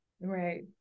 Right